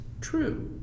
true